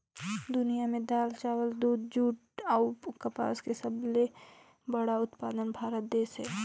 दुनिया में दाल, चावल, दूध, जूट अऊ कपास के सबले बड़ा उत्पादक भारत देश हे